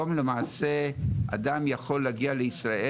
למעשה, היום אדם יכול להגיע לישראל.